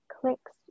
clicks